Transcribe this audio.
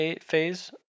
phase